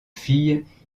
filles